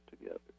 together